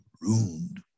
ruined